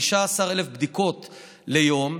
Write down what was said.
15,000 בדיקות ליום.